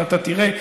ואתה תראה.